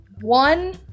one